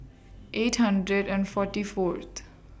eight hundred and forty Fourth